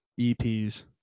eps